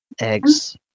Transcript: eggs